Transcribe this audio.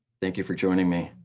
thank you for joining me.